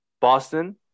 Boston